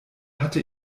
hatte